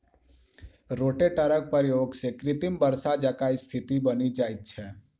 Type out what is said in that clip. रोटेटरक प्रयोग सॅ कृत्रिम वर्षा जकाँ स्थिति बनि जाइत छै